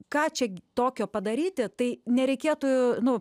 ką čia tokio padaryti tai nereikėtų nu